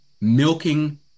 milking